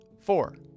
Four